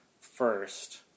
first